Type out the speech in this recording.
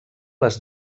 les